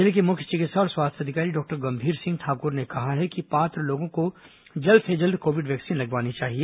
जिले के मुख्य चिकित्सा और स्वास्थ्य अधिकारी डॉक्टर गंभीर सिंह ठाकुर ने कहा है कि पात्र लोगों को जल्द से जल्द कोविड वैक्सीन लगवानी चाहिए